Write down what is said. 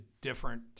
different